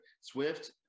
Swift